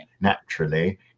naturally